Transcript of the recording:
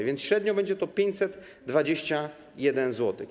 A więc średnio będzie to 521 zł.